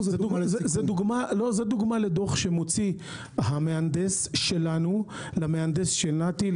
זאת דוגמה לדוח שמוציא המהנדס שלנו למהנדס של נת"י,